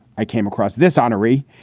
i came across this honoree,